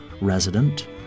resident